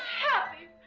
happy